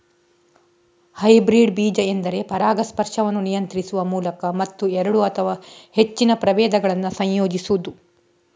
hybrid ಬೀಜ ಎಂದರೆ ಪರಾಗಸ್ಪರ್ಶವನ್ನು ನಿಯಂತ್ರಿಸುವ ಮೂಲಕ ಮತ್ತು ಎರಡು ಅಥವಾ ಹೆಚ್ಚಿನ ಪ್ರಭೇದಗಳನ್ನ ಸಂಯೋಜಿಸುದು